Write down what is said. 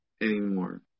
anymore